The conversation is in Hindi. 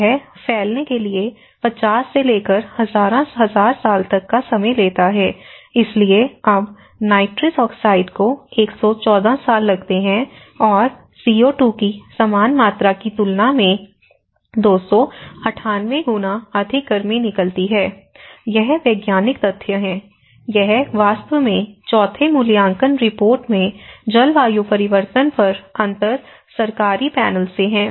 यह फैलने के लिए 50 से लेकर 1000 साल तक समय लेता है इसलिए अब नाइट्रस ऑक्साइड को 114 साल लगते हैं और CO2 की समान मात्रा की तुलना में 298 गुना अधिक गर्मी निकलती है यह वैज्ञानिक तथ्य हैं यह वास्तव में चौथे मूल्यांकन रिपोर्ट में जलवायु परिवर्तन पर अंतर सरकारी पैनल से है